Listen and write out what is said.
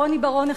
רוני בר-און,